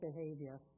behavior